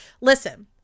listen